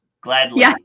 Gladly